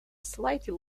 slightly